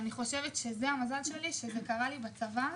אני חושבת שהמזל שלי היה שזה קרה לי בצבא,